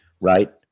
right